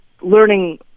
learning